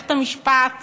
במערכת המשפט